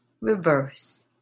reverse